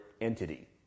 entity